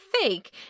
fake